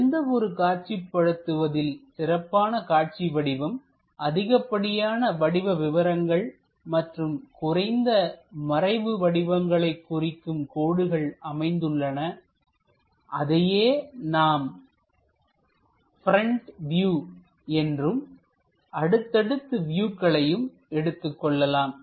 எந்த ஒரு காட்சிப்படுத்துவதில் சிறப்பான காட்சி வடிவம் அதிகப்படியான வடிவ விவரங்கள் மற்றும் குறைந்த மறைவு வடிவங்களை குறிக்கும் கோடுகள் அமைந்துள்ளன அதனையே நாம் ப்ரெண்ட் வியூ என்றும் அடுத்தடுத்து வியூக்களையும் எடுத்துக் கொள்ளலாம்